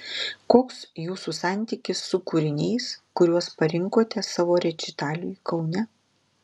koks jūsų santykis su kūriniais kuriuos parinkote savo rečitaliui kaune